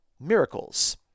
miracles